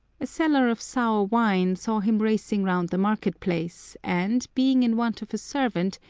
a seller of sour wine saw him racing round the market-place, and, being in want of a servant,